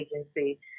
agency